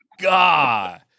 God